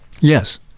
yes